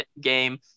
game